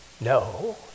No